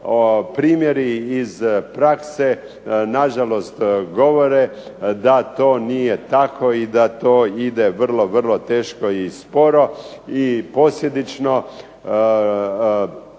primjeri iz prakse nažalost govore da to nije tako i da to ide vrlo, vrlo teško i sporo i posljedično.